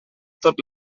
tot